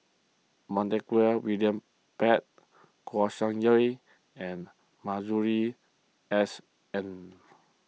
Montague William Pett Kouo Shang and Masuri S N